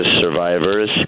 survivors